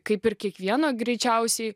kaip ir kiekvieno greičiausiai